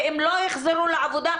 ואם לא יחזרו לעבודה,